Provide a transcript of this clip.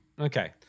Okay